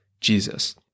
Jesus